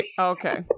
okay